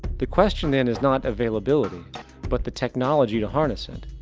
the questioning and is not availability but the technology to harnesst it.